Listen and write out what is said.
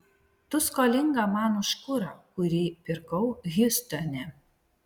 tu skolinga man už kurą kurį pirkau hjustone